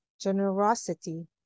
generosity